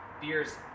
beers